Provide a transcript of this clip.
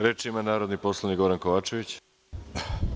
Reč ima narodni poslanik Goran Kovačević.